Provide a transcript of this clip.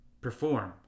perform